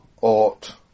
ought